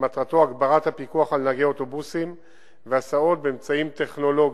שמטרתו הגברת הפיקוח על נהגי אוטובוסים והסעות באמצעים טכנולוגיים.